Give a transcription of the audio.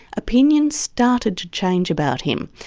opinion started to change about him.